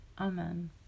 Amen